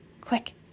Quick